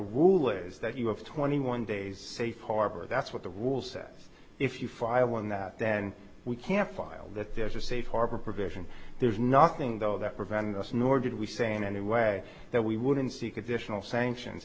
rule is that you have twenty one days safe harbor that's what the rule says if you file on that then we can file that there's a safe harbor provision there's nothing though that prevented us nor did we say in any way that we wouldn't seek additional sanctions